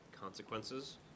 consequences